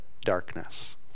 darkness